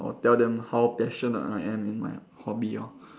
or tell them how passionate I am in my hobby lor